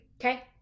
Okay